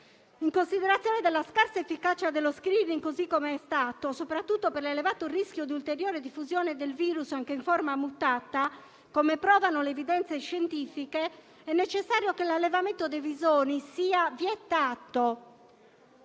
In considerazione della scarsa efficacia dello *screening* così come è stato, soprattutto per l'elevato rischio di ulteriore diffusione del virus anche in forma mutata, come provano le evidenze scientifiche, è necessario che l'allevamento dei visoni sia vietato.